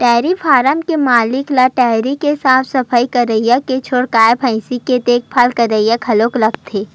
dairy farm के मालिक ल डेयरी के साफ सफई करइया के छोड़ गाय भइसी के देखभाल करइया घलो लागथे